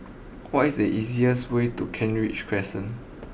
what is the easiest way to Kent Ridge Crescent